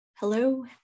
Hello